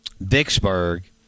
Vicksburg